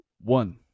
One